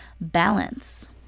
balance